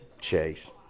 Chase